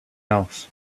else